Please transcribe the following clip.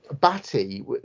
Batty